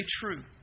true